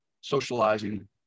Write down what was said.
socializing